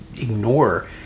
ignore